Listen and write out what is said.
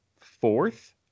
fourth